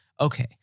okay